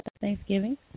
Thanksgiving